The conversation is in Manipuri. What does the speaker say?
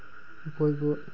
ꯑꯩꯈꯣꯏꯕꯨ